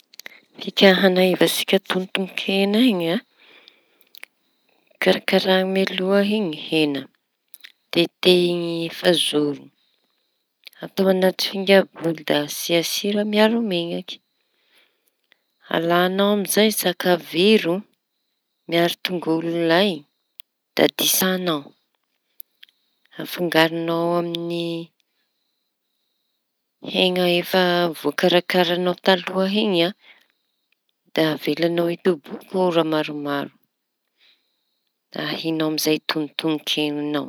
Fika hañahiva toñotoñon-keña iñy a! Karakaraiñao mialoha e ny heña da tetehy efazoro ahia añaty finga bôly da asia sira miaro menaky. Alañao amizay sakaviro miaro tolongo lay da disañao afangaroñao amy heña efa voakarakarañao taloha iñy. Da avelañao hitoboky ora maromaro da ahiañao amizay toñotoño keñanao.